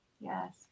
yes